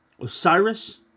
Osiris